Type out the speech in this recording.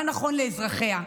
מה נכון לאזרחיה.